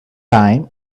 time